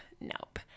nope